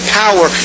power